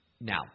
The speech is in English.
Now